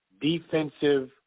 defensive